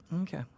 Okay